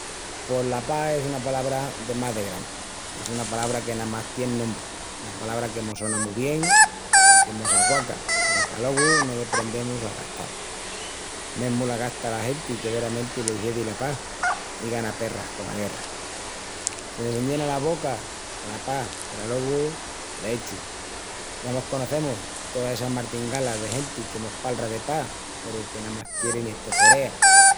Pos la pas es una palabra de más de grandi, es una palabra que namás tien nombri, una palabra que mos sona mu bien i que mos aquaca peru qu'alogu no deprendemus a gastal. Mesmu la gasta la genti que veramenti le hiedi la pas i gana perras cona guerra. Se les enllena la boca cona pas peru alogu, lechi. Ya mos conocemus toas essas martingalas de genti que mos palra de pas peru que namás quierin estoforea.